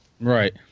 Right